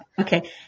okay